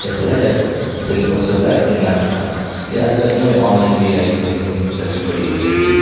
इस बैल्ले जाई सकदे लेकिन उस बैल्ले इन्ना नि ऐ था ते अज्जकल इ'यां बी आनलाइन बी आई गेदी गेमिंग इंडस्ट्री बड़ी बड्डी होई दी